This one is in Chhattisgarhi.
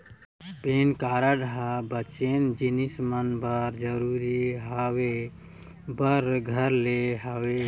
पेन कारड ह बनेच जिनिस मन बर जरुरी होय बर धर ले हवय